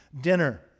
dinner